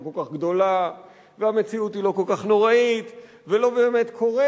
כל כך גדולה והמציאות היא לא כל כך נוראית ולא באמת קורה,